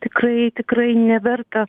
tikrai tikrai neverta